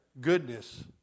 goodness